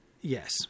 Yes